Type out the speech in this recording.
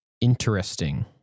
Interesting